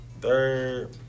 Third